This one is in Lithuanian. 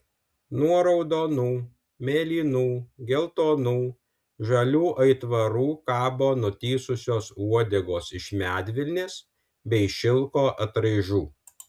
nuo raudonų mėlynų geltonų žalių aitvarų kabo nutįsusios uodegos iš medvilnės bei šilko atraižų